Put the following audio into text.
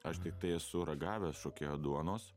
aš tiktai esu ragavęs šokėjo duonos